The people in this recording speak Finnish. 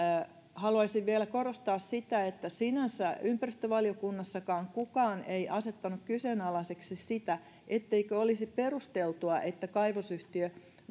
haluaisin vielä korostaa sitä että sinänsä ympäristövaliokunnassakaan kukaan ei asettanut kyseenalaiseksi sitä etteikö olisi perusteltua että kaivosyhtiö